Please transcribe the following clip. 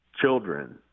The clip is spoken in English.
children